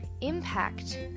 impact